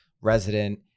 resident